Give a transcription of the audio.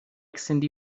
cyndi